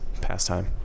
pastime